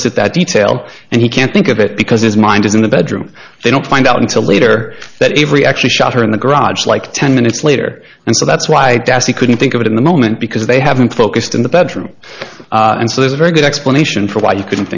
elicit that detail and he can't think of it because his mind is in the bedroom they don't find out until later that every actually shot her in the garage like ten minutes later and so that's why he couldn't think of it in the moment because they haven't focused in the bedroom and so there's a very good explanation for why you couldn't